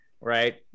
right